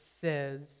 says